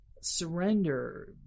surrender